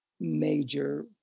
major